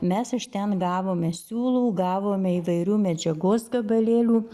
mes iš ten gavome siūlų gavome įvairių medžiagos gabalėlių